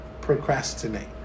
procrastinate